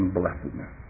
blessedness